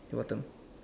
water